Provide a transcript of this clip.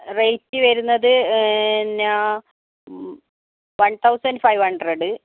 rate വരുന്നത് പിന്നെ one thousand five hundred